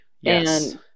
Yes